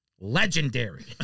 legendary